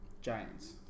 Giants